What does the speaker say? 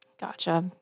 Gotcha